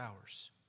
hours